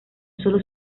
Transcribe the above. sólo